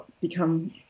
become